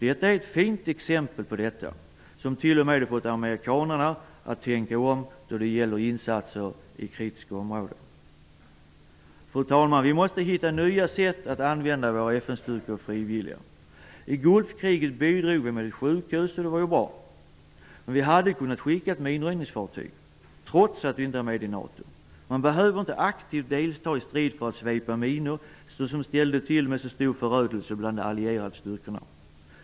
Det är ett fint exempel på detta. Det har t.o.m. fått amerikanerna att tänka om då det gäller insatser i kritiska områden. Fru talman! Vi måste hitta nya sätt när det gäller att använda våra FN-styrkor och frivilliga. I Gulfkriget bidrog Sverige med ett sjukhus; det var bra. Men Sverige hade kunnat skicka ett minröjningsfartyg, trots att Sverige inte är med i NATO. Man behöver inte aktivt delta i strid för att svepa minor, minor som exempelvis orsakade så stor förödelse bland de allierades styrkor.